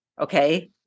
okay